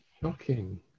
Shocking